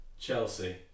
Chelsea